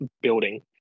building